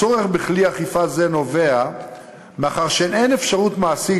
הצורך בכלי אכיפה זה נובע מכך שאין אפשרות מעשית